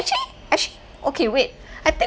actually actually okay wait I think